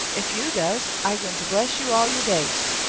ef yo' does, i gwine ter bless yo' all yo' days!